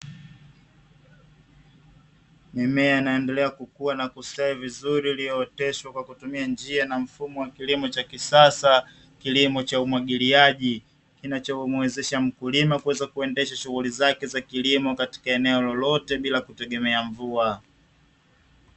Mimea inayoendelea kukua na kustawi vizuri iliyooteshwa kwa kutumia njia na mfumo wa kilimo cha kisasa, kilimo cha umwagiliaji, kinachomuwezesha mkulima kuendesha shughuli zake za kilimo katika eneo lolote bila kutegemea mvua.